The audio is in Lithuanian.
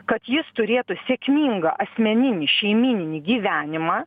kad jis turėtų sėkmingą asmeninį šeimyninį gyvenimą